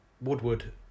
Woodward